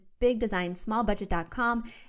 BigDesignSmallBudget.com